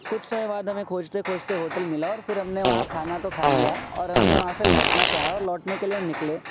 کچھ سمے بعد ہمیں کھوجتے کھوجتے ہوٹل ملا اور پھر ہم نے وہاں کھانا تو کھا لیا اور ہم نے وہاں سے لوٹنا چاہا اور لوٹنے کے لیے ہم نکلے